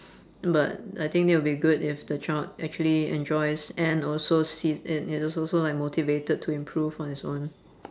but I think it will be good if the child actually enjoys and also sees and is also like motivated to improve on his own